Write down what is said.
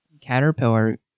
Caterpillar